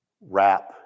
wrap